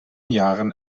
jahren